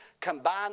Combine